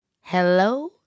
Hello